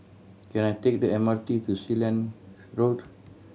can I take the M R T to Sealand Road